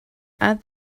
add